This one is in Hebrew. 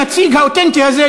הנציג האותנטי הזה,